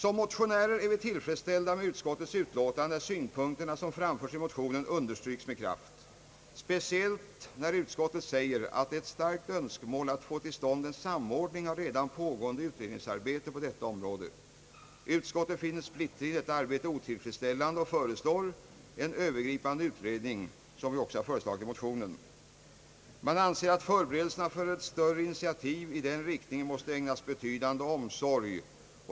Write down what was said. Som motionärer är vi tillfredsställda med utskottets utlåtande där de synpunkter som framförts i motionen understryks med kraft, speciellt när utskottet säger att det är ett starkt önskemål att få till stånd en samordning av redan pågående utredningsarbete på detta område. Utskottet finner splittringen i detta arbete otillfredsställande och föreslår genomgripande utredning så som vi föreslår i motionen. Man anser att förberedelserna för ett större initiativ i den riktningen måste ägnas betydande omsorg.